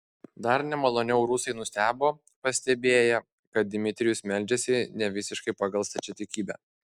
dar nemaloniau rusai nustebo pastebėję kad dmitrijus meldžiasi nevisiškai pagal stačiatikybę